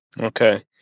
okay